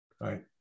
right